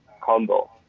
combo